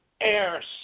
air